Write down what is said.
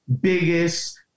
biggest